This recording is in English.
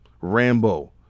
Rambo